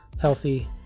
healthy